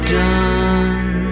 done